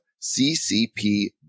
CCP